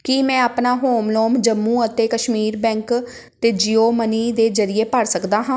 ਕੀ ਮੈਂ ਆਪਣਾ home loan Jammu ਅਤੇ ਕਸ਼ਮੀਰ ਬੈਂਕ 'ਤੇ ਜੀਓ ਮਨੀ ਦੇ ਜਰੀਏ ਭਰ ਸਕਦਾ ਹਾਂ